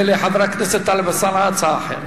ולחבר הכנסת טלב אלסאנע הצעה אחרת,